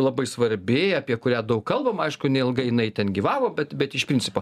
labai svarbi apie kurią daug kalbam aišku neilgai jinai ten gyvavo bet bet iš principo